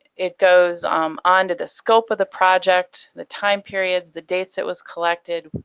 it goes on to the scope of the project, the time periods, the dates it was collected,